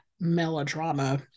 melodrama